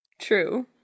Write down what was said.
True